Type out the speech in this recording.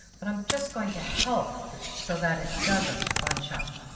but i'm just going to help so that it doesn't bunch up.